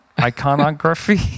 Iconography